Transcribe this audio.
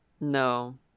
No